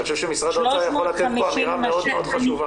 אני חושב שמשרד האוצר יכול לתת כאן אמירה מאוד מאוד חשובה.